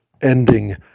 ending